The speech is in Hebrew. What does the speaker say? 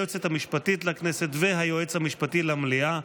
היועצת המשפטית לכנסת והיועץ המשפטי למליאה